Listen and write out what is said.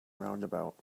roundabout